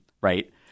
right